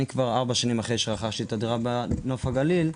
אני כבר ארבע שנים אחרי שרכשתי את הדירה בנוף הגליל,